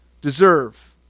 deserve